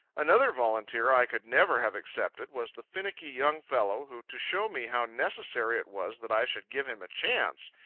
another volunteer i could never have accepted was the finicky young fellow who, to show me how necessary it was that i should give him a chance,